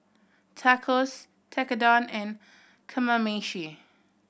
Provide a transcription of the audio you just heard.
Tacos Tekkadon and Kamameshi